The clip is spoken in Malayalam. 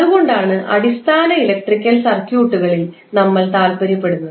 അതുകൊണ്ടാണ് അടിസ്ഥാന ഇലക്ട്രിക്കൽ സർക്യൂട്ടുകളിൽ നമ്മൾ താൽപര്യപ്പെടുന്നത്